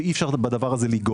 שאי אפשר לנגוע בדבר הזה.